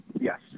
yes